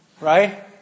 Right